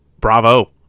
bravo